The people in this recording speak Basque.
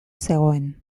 zegoen